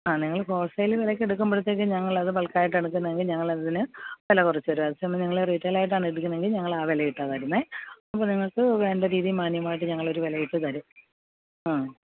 ആ നിങ്ങള് ഹോൾസെയിൽ വിലയ്ക്ക് എടുക്കുമ്പോഴത്തേക്ക് ഞങ്ങള് അത് ബൾക്കായിട്ടാണ് എടുക്കുന്നേയെങ്കില് ഞങ്ങളതിന് വില കുറച്ചു തരും അതേസമയം നിങ്ങള് റിറ്റൈലായിട്ടാണ് എടുക്കുന്നതെങ്കില് ഞങ്ങളാ വിലയിട്ടാണു തരുന്നേ അപ്പോള് നിങ്ങള്ക്ക് വേണ്ട രീതിയില് മാന്യമായിട്ട് ഞങ്ങളൊരു വിലയിട്ട് തരും ആ